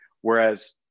Whereas